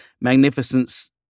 magnificence